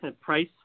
price